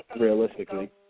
realistically